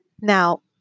Now